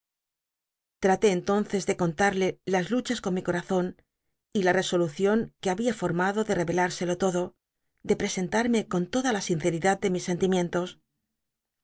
l'raté entonces de contal'lc las luchas con mi corazon y la resolucion que había formado de cvelürselo todo de presentarme con toda la sinceridad de mis sentimientos